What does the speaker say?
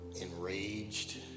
enraged